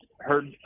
heard